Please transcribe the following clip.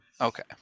Okay